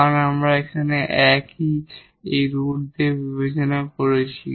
কারণ আমরা এখন এখানে একই রুট নিয়ে বিবেচনা করেছি